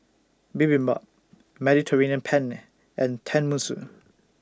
Bibimbap Mediterranean Penne and Tenmusu